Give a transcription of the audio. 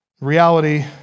reality